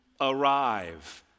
arrive